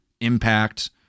impact